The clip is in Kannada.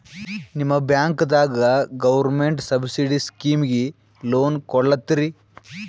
ನಿಮ ಬ್ಯಾಂಕದಾಗ ಗೌರ್ಮೆಂಟ ಸಬ್ಸಿಡಿ ಸ್ಕೀಮಿಗಿ ಲೊನ ಕೊಡ್ಲತ್ತೀರಿ?